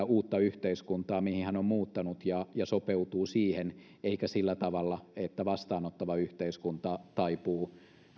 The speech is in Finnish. uutta yhteiskuntaa mihin hän on muuttanut ja ja sopeutuu siihen eikä sillä tavalla että vastaanottava yhteiskunta taipuu